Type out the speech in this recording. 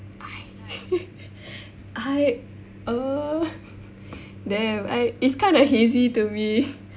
I I err damn I it's kind of hazy to me